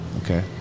Okay